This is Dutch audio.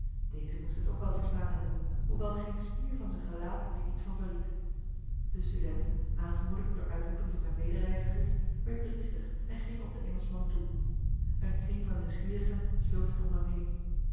deze moest het ook wel verstaan hebben hoewel geen spier van zijn gelaat er iets van verried de student aangemoedigd door uitroepen van zijne medereizigers eli heimans willem roda werd driester en ging op den engelschman toe een kring van nieuwsgierigen sloot zich om hem heen